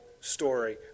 story